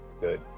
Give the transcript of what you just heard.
Good